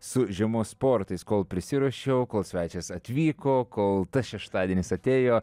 su žiemos sportais kol prisiruošiau kol svečias atvyko kol tas šeštadienis atėjo